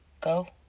go